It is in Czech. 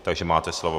Takže máte slovo.